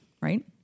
right